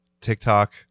TikTok